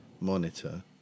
monitor